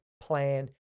plan